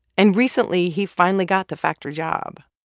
and recently, he finally got the factory job.